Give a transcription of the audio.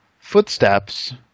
footsteps